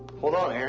hold on, aaron.